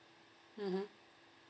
mmhmm